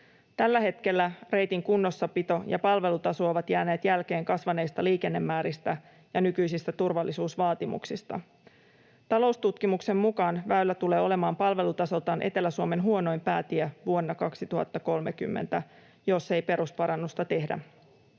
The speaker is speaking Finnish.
Tällä hetkellä reitin kunnossapito ja palvelutaso ovat jääneet jälkeen kasvaneista liikennemääristä ja nykyisistä turvallisuusvaatimuksista. Taloustutkimuksen mukaan väylä tulee olemaan palvelutasoltaan Etelä-Suomen huonoin päätie vuonna 2030, jos ei perusparannusta tehdä.